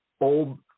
old